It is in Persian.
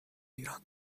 ایران